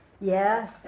Yes